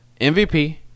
MVP